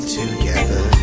together